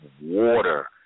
water